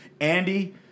Andy